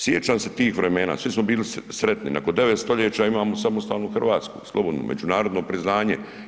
Sjećam se tih vremena, svi smo bili sretni, nakon devet stoljeća imamo samostalnu Hrvatsku, slobodnu, međunarodno priznanje.